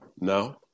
No